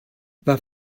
war